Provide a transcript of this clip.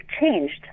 changed